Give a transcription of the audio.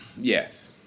Yes